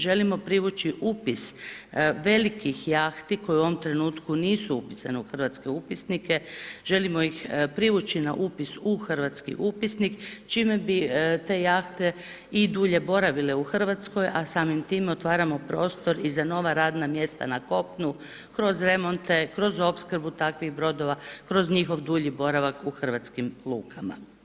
Želimo privući upis velikih jahti koje u ovom trenutku nisu upisane u hrvatske upisnike, želimo ih privući na upis u hrvatski upisnik čime bi te jahte i dulje boravile u RH, a samim time otvaramo prostor i za nova radna mjesta na kopnu kroz remonte, kroz opskrbu takvih brodova, kroz njihov dulji boravak u hrvatskim lukama.